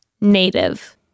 native